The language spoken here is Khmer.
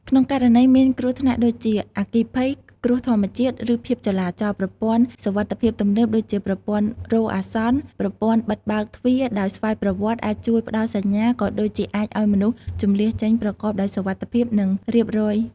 ក្នុងករណីមានគ្រោះថ្នាក់ដូចជា អគ្គិភ័យ គ្រោះធម្មជាតិ ឬភាពចលាចល ប្រព័ន្ធសុវត្ថិភាពទំនើបដូចជាប្រព័ន្ធរោទ៍អាសន្ន ប្រព័ន្ធបិទបើកទ្វារដោយស្វ័យប្រវត្តិ អាចជួយផ្តល់សញ្ញា ក៏ដូចជាអាចឲ្យមនុស្សជម្លៀសចេញប្រកបដោយសុវត្ថិភាព និងរៀបរៀបរយ។